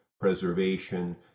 preservation